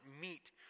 meet